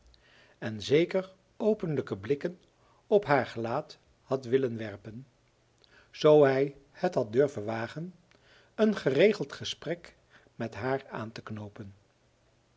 en zeker openlijke blikken op haar gelaat had willen werpen zoo hij het had durven wagen een geregeld gesprek met haar aan te knoopen